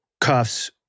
cuffs